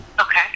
okay